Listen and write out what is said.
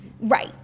Right